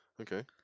Okay